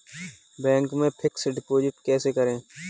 Bank में fix deposit कैसे करें?